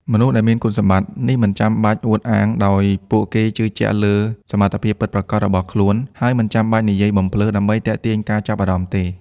មនុស្សដែលមានគុណសម្បត្តិ នេះមិនចាំបាច់អួតអាងដោយពួកគេជឿជាក់លើសមត្ថភាពពិតប្រាកដរបស់ខ្លួន ហើយមិនចាំបាច់និយាយបំផ្លើសដើម្បីទាក់ទាញការចាប់អារម្មណ៍ទេ។